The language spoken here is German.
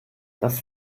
das